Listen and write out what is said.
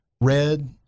red